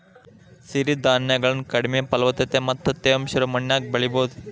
ಸಿರಿಧಾನ್ಯಗಳನ್ನ ಕಡಿಮೆ ಫಲವತ್ತತೆ ಮತ್ತ ತೇವಾಂಶ ಇರೋ ಮಣ್ಣಿನ್ಯಾಗು ಬೆಳಿಬೊದು